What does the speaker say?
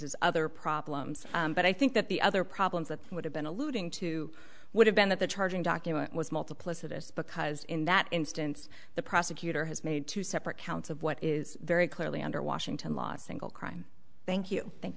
has other problems but i think that the other problems that would have been alluding to would have been that the charging document was multiplicity us because in that instance the prosecutor has made two separate counts of what is very clearly under washington last single crime thank you thank